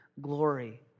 glory